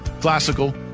Classical